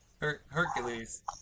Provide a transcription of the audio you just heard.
Hercules